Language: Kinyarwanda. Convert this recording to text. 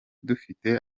dufite